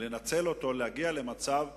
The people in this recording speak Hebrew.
ולהגיע למצב שאנשים,